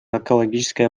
экологическая